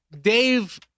Dave